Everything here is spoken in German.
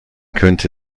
könnte